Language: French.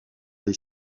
des